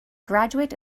graduate